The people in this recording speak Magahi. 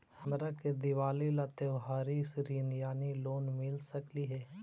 हमरा के दिवाली ला त्योहारी ऋण यानी लोन मिल सकली हे?